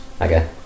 Okay